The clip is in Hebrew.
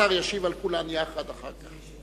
השר ישיב על כולן יחד אחר כך.